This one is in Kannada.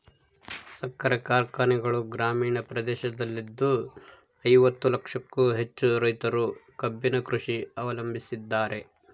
ಸಕ್ಕರೆ ಕಾರ್ಖಾನೆಗಳು ಗ್ರಾಮೀಣ ಪ್ರದೇಶದಲ್ಲಿದ್ದು ಐವತ್ತು ಲಕ್ಷಕ್ಕೂ ಹೆಚ್ಚು ರೈತರು ಕಬ್ಬಿನ ಕೃಷಿ ಅವಲಂಬಿಸಿದ್ದಾರೆ